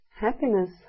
happiness